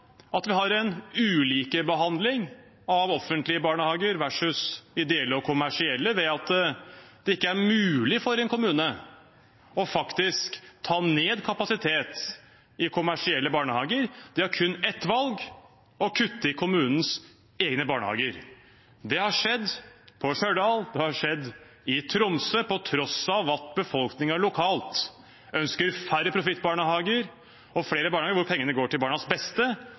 at vi har en ulikebehandling av offentlige barnehager versus ideelle og kommersielle ved at det ikke er mulig for en kommune faktisk å ta ned kapasitet i kommersielle barnehager. De har kun ett valg: å kutte i kommunens egne barnehager. Det har skjedd i Stjørdal, og det har skjedd i Tromsø, på tross av at befolkningen lokalt ønsker færre profittbarnehager og flere barnehager der pengene går til barnas beste